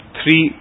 three